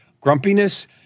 grumpiness